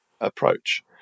approach